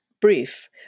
brief